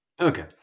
Okay